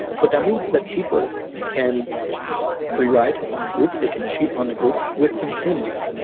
what that means is that people can free ride on the group. they can cheat on the group with impunity.